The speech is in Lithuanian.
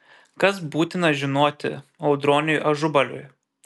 kas būtina žinoti audroniui ažubaliui